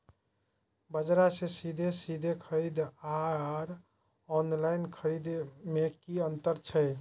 बजार से सीधे सीधे खरीद आर ऑनलाइन खरीद में की अंतर छै?